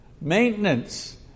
Maintenance